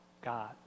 God